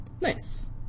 Nice